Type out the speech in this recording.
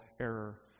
error